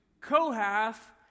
Kohath